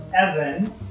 Evan